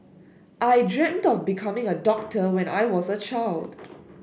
I dreamt of becoming a doctor when I was a child